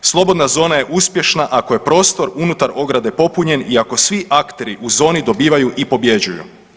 Slobodna zona je uspješna ako je prostor unutar ograde popunjen i ako svi akteri u zoni dobivaju i pobjeđuju.